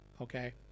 Okay